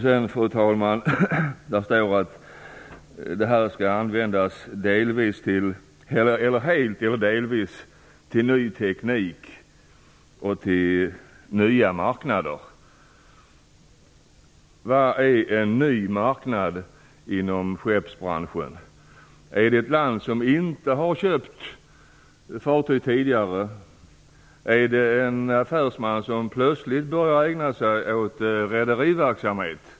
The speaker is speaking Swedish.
Sedan, fru talman, står det att systemet skall användas helt eller delvis till ny teknik och till nya marknader. Vad är en ny marknad inom skeppsbranschen? Är det ett land som inte har köpt fartyg tidigare? Är det en affärsman som plötsligt börjar ägna sig åt rederiverksamhet?